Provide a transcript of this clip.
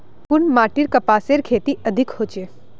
कुन माटित कपासेर खेती अधिक होचे?